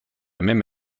même